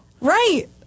Right